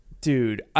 Dude